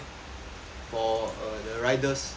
for uh the riders